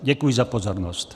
Děkuji za pozornost.